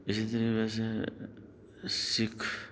اِسی طریقے سے سِکھ